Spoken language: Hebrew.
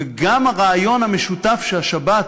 וגם הרעיון המשותף של השבת